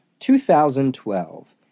2012